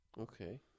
Okay